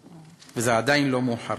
זה, ועדיין לא מאוחר.